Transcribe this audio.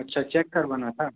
अच्छा चेक करवाना था